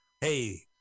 Hey